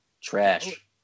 trash